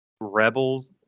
Rebels